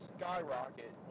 skyrocket